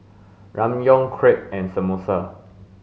Ramyeon Crepe and Samosa